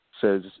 says